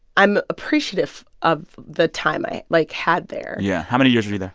i'm appreciative of the time i, like, had there yeah. how many years were you there?